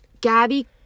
Gabby